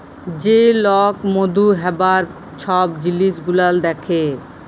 যে লক মধু হ্যবার ছব জিলিস গুলাল দ্যাখে